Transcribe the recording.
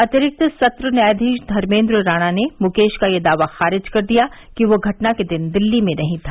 अतिरिक्त सत्र न्यायाधीश धर्मेन्द्र राणा ने मुकेश का यह दावा खारिज कर दिया कि वह घटना के दिन दिल्ली में नहीं था